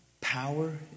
power